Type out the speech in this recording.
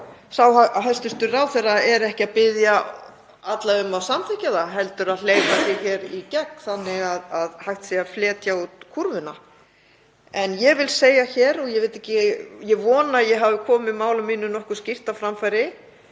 sá hæstv. ráðherra er ekki að biðja alla um að samþykkja það heldur að hleypa því í gegn þannig að hægt sé að fletja út kúrfuna. En ég vil segja, og ég vona að ég hafi komið máli mínu nokkuð skýrt á framfæri,